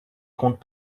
compte